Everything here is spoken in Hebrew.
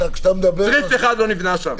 כשאתה מדבר --- צריף אחד לא נבנה שם.